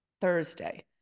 thursday